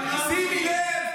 וגם נועם אמיר.